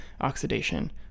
oxidation